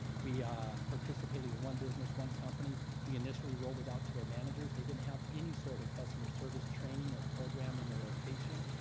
we participated in one business, one company. we initially rolled it out to their managers. they didn't have any sort of customer service training or program in their location.